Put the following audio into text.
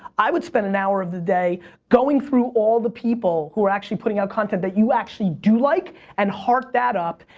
i would spend an hour of the day going through all the people who are putting out content that you actually do like, and heart that up,